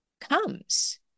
comes